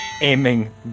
aiming